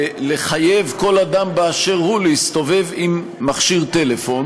ולחייב כל אדם באשר הוא להסתובב עם מכשיר טלפון